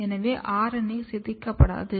எனவே RNA சிதைக்கப்படாது